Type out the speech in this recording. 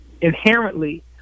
inherently